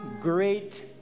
great